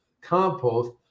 compost